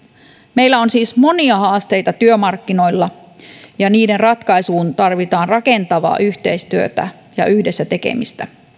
meillä on siis monia haasteita työmarkkinoilla ja niiden ratkaisuun tarvitaan rakentavaa yhteistyötä ja yhdessä tekemistä